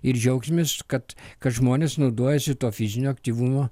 ir džiaugsimės kad kad žmonės naudojasi tuo fiziniu aktyvumu